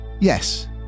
Yes